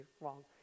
wrong